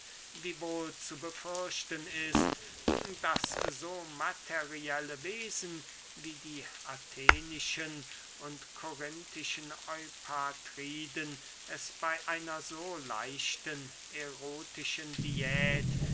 wiewohl zu befürchten ist daß so materielle wesen wie die athenischen und korinthischen eupatriden es bey einer so leichten erotischen diät